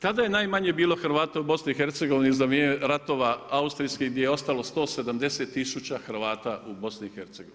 Kada je najmanje bilo Hrvata u BiH za vrijeme ratova austrijskih gdje je ostalo 170 tisuća Hrvata u BiH.